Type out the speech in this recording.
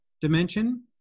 dimension